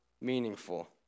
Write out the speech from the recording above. meaningful